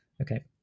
Okay